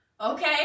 Okay